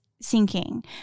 sinking